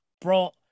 brought